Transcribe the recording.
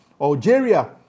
Algeria